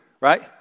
right